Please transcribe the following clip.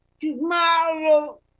tomorrow